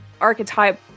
archetype